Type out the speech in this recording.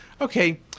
Okay